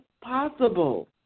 possible